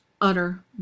utter